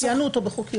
ציינו אותו בחוקים.